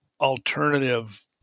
alternative